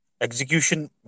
Execution